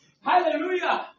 Hallelujah